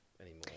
anymore